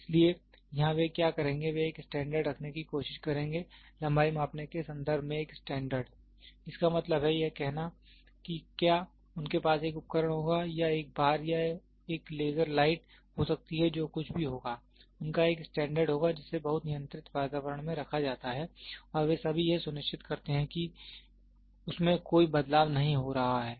इसलिए यहां वे क्या करेंगे वे एक स्टैंडर्ड रखने की कोशिश करेंगे लंबाई मापने के संदर्भ में एक स्टैंडर्ड इसका मतलब है यह कहना कि क्या उनके पास एक उपकरण होगा या एक बार या एक लेज़र लाइट हो सकती है जो कुछ भी होगा उनका एक स्टैंडर्ड होगा जिसे बहुत नियंत्रित वातावरण में रखा जाता है और वे सभी यह सुनिश्चित करते हैं कि उसमें कोई बदलाव नहीं हो रहा है